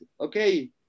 okay